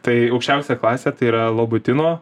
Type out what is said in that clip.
tai aukščiausia klasė tai yra lobutino